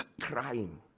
crying